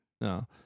no